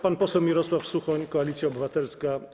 Pan poseł Mirosław Suchoń, Koalicja Obywatelska.